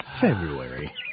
February